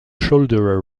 shoulder